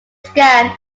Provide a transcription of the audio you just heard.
scanned